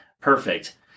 perfect